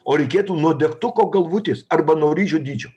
o reikėtų nuo degtuko galvutės arba nuo ryžio dydžio